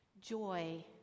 Joy